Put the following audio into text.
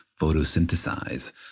photosynthesize